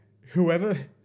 whoever